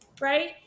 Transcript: right